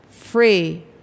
free